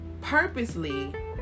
purposely